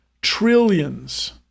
trillions